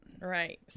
Right